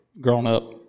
grown-up